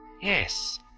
Yes